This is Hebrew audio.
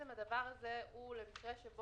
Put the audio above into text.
שיפוי לביטוח לאומי הדבר הזה הוא למקרה שסכום